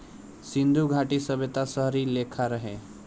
सिन्धु घाटी सभ्यता शहरी लेखा रहे